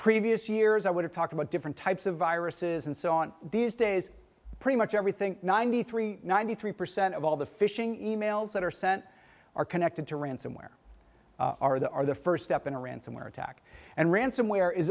previous years i would have talked about different types of viruses and so on these days pretty much everything ninety three ninety three percent of all the phishing emails that are sent are connected to ransomware are the are the first step in a ransomware attack and ransomware is